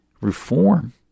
reform